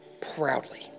proudly